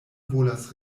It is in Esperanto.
volas